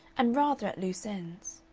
and rather at loose ends.